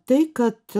tai kad